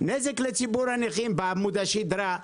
לציבור הנכים בעמוד השדרה,